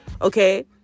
okay